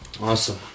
awesome